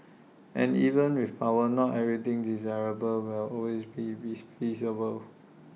and even with power not everything desirable will always be feasible